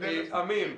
אמיר,